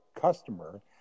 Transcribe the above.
customer